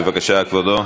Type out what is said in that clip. בבקשה, כבודו.